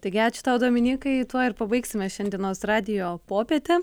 taigi ačiū tau dominykai tuo ir pabaigsime šiandienos radijo popietę